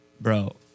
bro